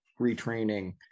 retraining